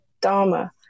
dharma